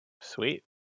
Sweet